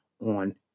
on